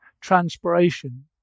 transpiration